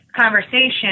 conversation